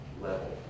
level